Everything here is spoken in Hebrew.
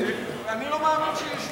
אני לא מאמין שהיא ישנה,